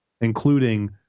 including